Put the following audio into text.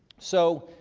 so,